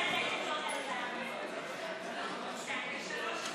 להביע אי-אמון בממשלה לא נתקבלה.